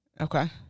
Okay